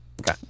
Okay